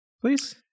please